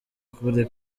kure